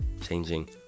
changing